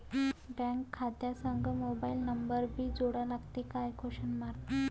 Bank खात्या संग mobile number भी जोडा लागते काय?